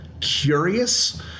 curious